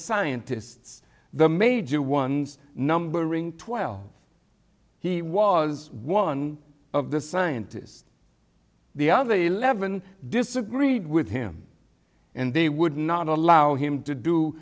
scientists the major ones numbering twelve he was one of the scientists the other eleven disagreed with him and they would not allow him to do